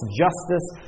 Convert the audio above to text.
justice